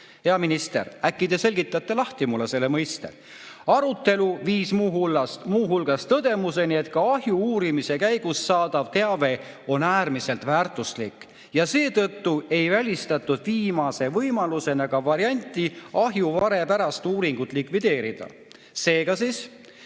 (Hea minister, äkki te selgitate lahti mulle selle mõiste. – K. G.): "Arutelu viis muuhulgas tõdemuseni, et ka ahju uurimise käigus saadav teave on äärmiselt väärtuslik ja seetõttu ei välistatud viimase võimalusena ka varianti ahju vare pärast uuringut likvideerida." Seega siis